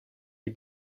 die